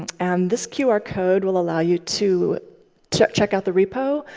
and this qr code will allow you to check check out the repo,